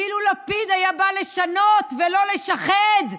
אילו לפיד היה בא לשנות ולא לשחד,